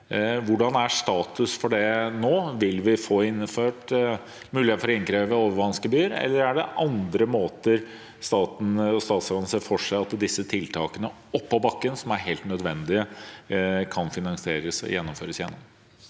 hvordan er status for det nå? Vil vi få innført mulighet for å innkreve overvannsgebyr, eller er det andre måter staten og statsråden ser for seg at disse tiltakene oppå bakken, som er helt nødvendige, kan finansieres og gjennomføres på?